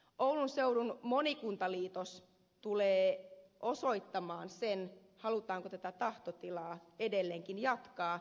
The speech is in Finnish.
oulun seudun monikuntaliitos tulee osoittamaan sen halutaanko tätä tahtotilaa edelleenkin jatkaa